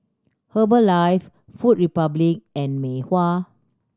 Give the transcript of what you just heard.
Herbalife Food Republic and Mei Hua